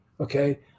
Okay